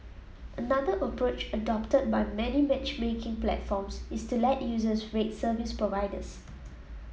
another approach adopted by many matchmaking platforms is to let users rate service providers